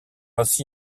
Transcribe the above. ainsi